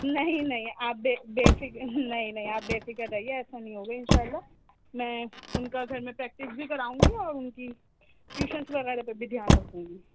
نہیں نہیں آپ بے بے فکر نہیں نہیں آپ بے فکر رہیے ایسا نہیں ہوگا ان شااللہ میں ان کا گھر میں پریکٹس بھی کراؤں گی اور ان کی ٹیوشنس وغیرہ پہ بھی دھیان رکھوں گی